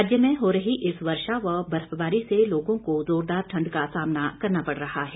राज्य में हो रही इस वर्षा व बर्फबारी से लोगों को जोरदार ठंड का सामना करना पड़ रहा है